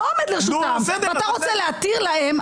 לא עומד לרשותם, ואתה רוצה להתיר להם.